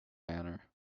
manner